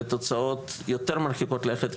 לתוצאות יותר מרחיקות לכת,